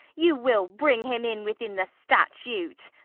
you will bring him in within the statute!